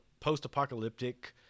post-apocalyptic